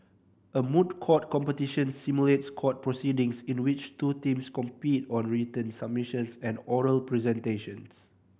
a moot court competition simulates court proceedings in which two teams compete on written submissions and oral presentations